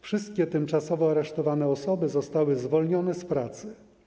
Wszystkie tymczasowo aresztowane osoby zostały zwolnione z pracy.